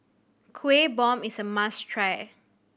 Kueh Bom is a must try